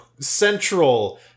central